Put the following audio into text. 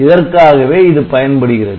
இதற்காகவே இது பயன்படுகிறது